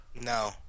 No